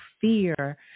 fear